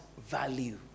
value